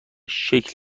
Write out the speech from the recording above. شکل